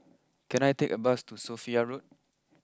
can I take a bus to Sophia Road